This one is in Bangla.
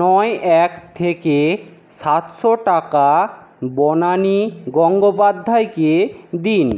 নয় এক থেকে সাতশো টাকা বনানী গঙ্গোপাধ্যায়কে দিন